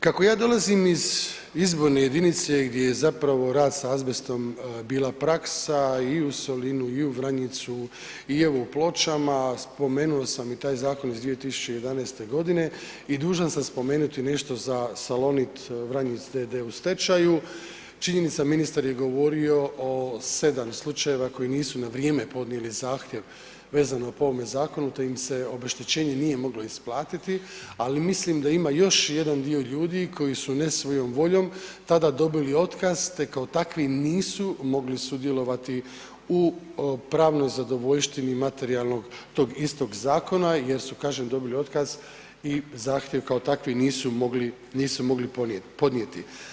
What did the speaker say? Kako ja dolazim iz izborne jedinice gdje je zapravo rad sa azbestom bila praksa i u Solinu i u Vranjicu i evo u Pločama, spomenuo sam i taj zakon iz 2011.g. i dužan sam spomenuti nešto za Salonit Vranjic d.d. u stečaju, činjenica ministar je govorio o 7 slučajeva koji nisu na vrijeme podnijeli zahtjev vezano po ovome zakonu, te im se obeštećenje nije moglo isplatiti, ali mislim da ima još jedan dio ljudi koji su ne svojom voljom tada dobili otkaz, te kao takvi nisu mogli sudjelovati u pravnoj zadovoljštini materijalnog, tog istog zakona jer su, kažem, dobili otkaz i zahtjev kao takvi nisu mogli podnijeti.